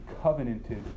covenanted